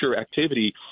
activity